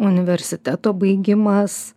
universiteto baigimas